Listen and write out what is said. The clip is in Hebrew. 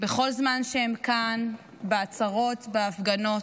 בכל זמן שהן כאן, בהצהרות, בהפגנות.